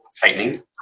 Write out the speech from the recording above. tightening